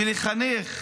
ולחנך